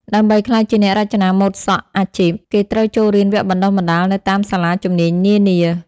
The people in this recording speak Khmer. ដើម្បីក្លាយជាអ្នករចនាម៉ូដសក់អាជីព គេត្រូវចូលរៀនវគ្គបណ្ដុះបណ្ដាលនៅតាមសាលាជំនាញនានា។